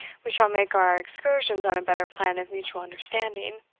we shall make our excursions on a better plan of mutual understanding.